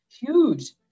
huge